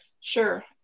Sure